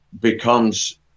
becomes